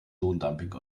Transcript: lohndumping